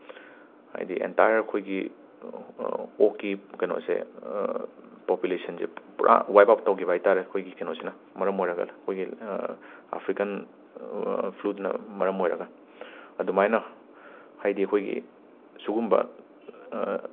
ꯍꯥꯏꯗꯤ ꯑꯦꯟꯇꯥꯌꯔ ꯑꯩꯈꯣꯏꯒꯤ ꯑꯣꯛꯀꯤ ꯀꯩꯅꯣꯁꯦ ꯄꯣꯄꯨꯂꯦꯁꯟꯁꯦ ꯄꯨꯔꯥ ꯋꯥꯏꯞ ꯑꯥꯎꯠ ꯇꯧꯈꯤꯕ ꯍꯥꯏꯇꯥꯔꯦ ꯑꯩꯈꯣꯏꯒꯤ ꯀꯩꯅꯣꯁꯤꯅ ꯃꯔꯝ ꯑꯣꯏꯔꯒ ꯑꯩꯈꯣꯏꯒꯤ ꯑꯐ꯭ꯔꯤꯀꯟ ꯐ꯭ꯂꯨꯗꯨꯅ ꯃꯔꯝ ꯑꯣꯏꯔꯒ ꯑꯗꯨꯃꯥꯏꯅ ꯍꯥꯏꯗꯤ ꯑꯩꯈꯣꯏꯒꯤ ꯁꯤꯒꯨꯝꯕ